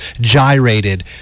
gyrated